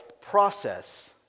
process